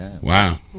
wow